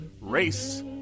race